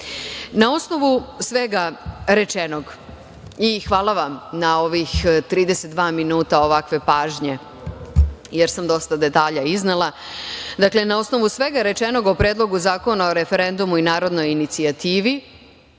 Narodne skupštine. Hvala vam na ova 32 minuta ovakve pažnje, jer sam dosta detalja iznela. Na osnovu svega rečenog o Predlogu zakona o referendumu i narodnoj inicijativi,